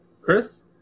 Chris